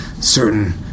certain